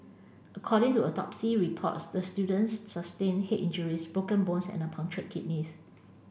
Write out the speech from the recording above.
according to autopsy reports the student sustained head injuries broken bones and a punctured kidneys